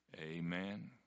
amen